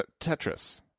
Tetris